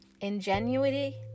Ingenuity